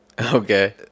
okay